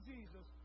Jesus